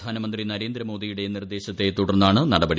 പ്രധാനമന്ത്രി നരേന്ദ്രമോദിയുടെ നിർദ്ദേശത്തെ തുടർന്നാണ് നടപടി